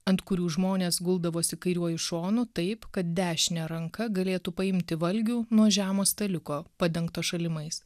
ant kurių žmonės guldavosi kairiuoju šonu taip kad dešine ranka galėtų paimti valgių nuo žemo staliuko padengto šalimais